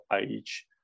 age